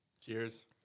Cheers